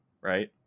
Right